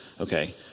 Okay